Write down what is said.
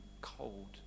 cold